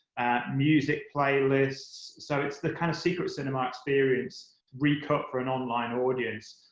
music playlists. so it's the kind of secret cinema experience recut for an online audience.